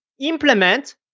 implement